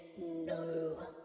no